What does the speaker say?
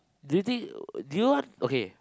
do you think do you want okay